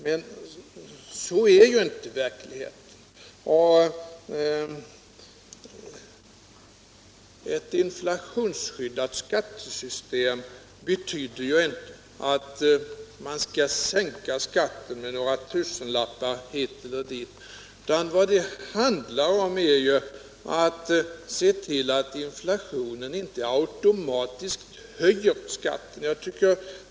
Men sådan är inte verkligheten. Ett inflationsskyddat skattesystem betyder inte att man skulle kunna sänka skatten med några tusenlappar hit eller dit, utan vad det handlar om är att se till att inflationen inte automatiskt höjer skatten.